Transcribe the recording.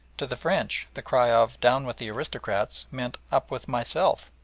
to the french the cry of down with the aristocrats! meant up with myself!